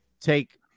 take